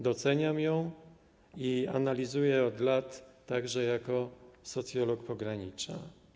Doceniam ją i analizuję od lat także jako socjolog pogranicza.